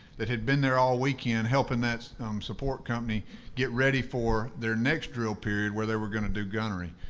that had been there all weekend helping that support company get ready for their next drill period, where they were going to do gunnery.